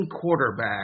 quarterback